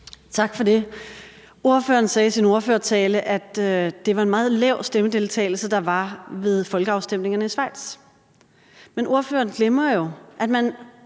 Tak for det. Ordføreren sagde i sin ordførertale, at det var en meget lav stemmedeltagelse, der var ved folkeafstemningerne i Schweiz. Men ordføreren glemmer jo, at man